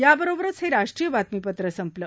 याबरोबरच हे राष्ट्रीय बातमीपत्र संपलं